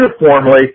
uniformly